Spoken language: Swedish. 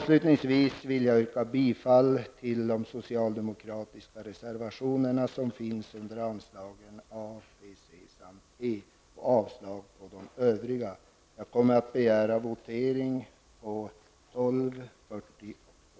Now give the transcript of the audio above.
Avslutningsvis vill jag yrka bifall till de socialdemokratiska reservationerna som finns under anslagen A, B, C samt E och avslag på de övriga. Jag kommer att begära votering när det gäller reservation 12, 40 och 41.